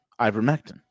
ivermectin